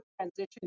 transition